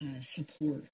support